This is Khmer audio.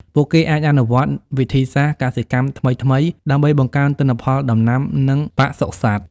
ពួកគេអាចអនុវត្តវិធីសាស្រ្តកសិកម្មថ្មីៗដើម្បីបង្កើនទិន្នផលដំណាំនិងបសុសត្វ។